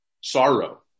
sorrow